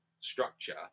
structure